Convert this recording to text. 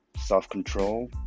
self-control